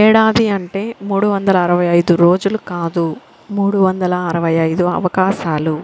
ఏడాది అంటే మూడు వందల అరవై ఐదు రోజులు కాదు మూడు వందల అరవై ఐదు అవకాశాలు